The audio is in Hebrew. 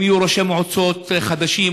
אם יהיו ראשי מועצות חדשים,